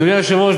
אדוני היושב-ראש,